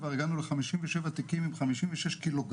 כבר הגענו ל- 57 תיקים עם 56 ק"ג